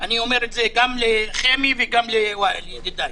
אני אומר את זה גם לחמי וגם לוואהל, ידידיי: